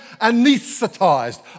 anesthetized